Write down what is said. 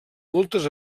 moltes